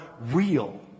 real